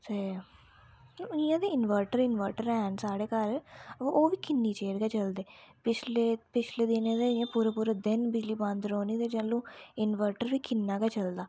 ते इ'यां ते इन्वर्टर इन्वर्टर हैन साढ़े घर ओह् बी किन्ने चिर गै चलदे पिछले पिछले दिनें ते इयां पूरे पूरे दिन बिजली बंद रौह्नी ते जैल्लू इन्वर्टर बी किन्ना गै चलदा